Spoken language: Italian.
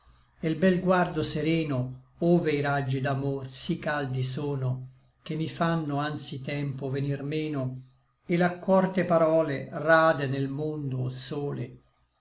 e l bel guardo sereno ove i raggi d'amor sí caldi sono che mi fanno anzi tempo venir meno et l'accorte parole rade nel mondo o sole